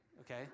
okay